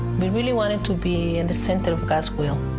we really wanted to be in the center of god's will.